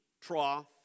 trough